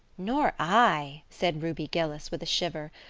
nor i, said ruby gillis, with a shiver.